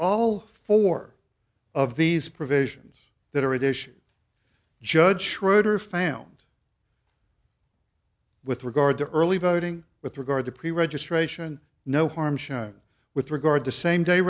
all four of these provisions that are additional judge schroeder found with regard to early voting with regard to pre registration no harm shine with regard to same day